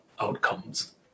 outcomes